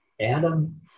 Adam